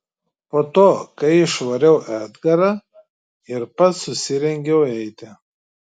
po to kai išvariau edgarą ir pats susirengiau eiti